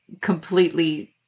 completely